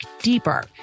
deeper